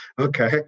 Okay